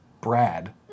Brad